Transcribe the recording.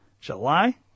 July